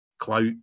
clout